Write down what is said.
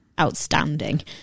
outstanding